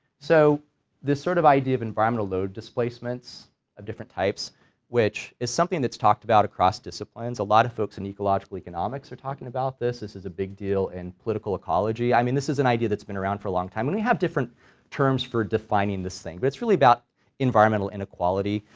so this sort of idea of environmental load displacements of different types which is something that's talked about across disciplines. a lot of folks in ecological economics are talking about this, this is a big deal in political ecology, i mean this is an idea that's been around for a long time and we have different terms for defining this thing, but it's really about environmental inequality,